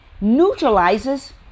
neutralizes